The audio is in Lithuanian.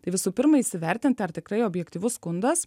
tai visų pirma įsivertinti ar tikrai objektyvus skundas